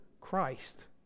Christ